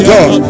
God